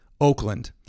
Oakland